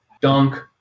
dunk